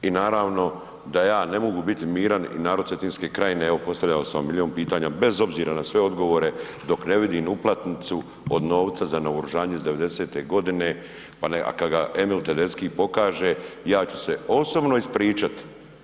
I naravno da ja ne mogu miran i narod Cetinske krajine, evo postavljao sam vam milijun pitanja, bez obzira na sve odgovore, dok ne vidim uplatnicu od novca za naoružanje iz 90-te godine, kad ga Emil Tedeschi pokaže, ja ću se osobno ispričat.